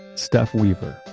steph weaver,